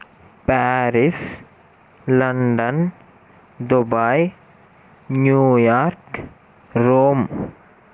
Paris London Dubai New York Rome